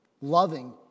loving